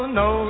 no